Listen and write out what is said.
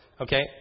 Okay